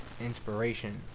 inspiration